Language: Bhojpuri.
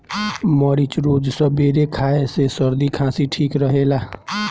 मरीच रोज सबेरे खाए से सरदी खासी ठीक रहेला